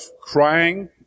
crying